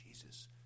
Jesus